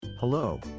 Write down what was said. Hello